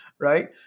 right